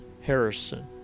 Harrison